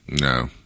No